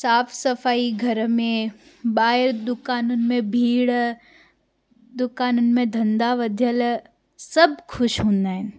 साफ़ सफ़ाई घर में ॿाहिरि दुकाननि में भीड़ दुकाननि में धंधा वधियलु सभु ख़ुशि हूंदा आहिनि